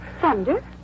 Thunder